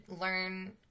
learn